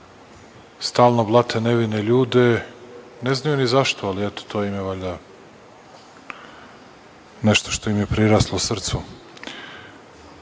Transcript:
stalno blate nevine ljude. Ne znaju ni zašto, ali eto, to im je valjda nešto što im je priraslo